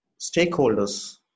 stakeholders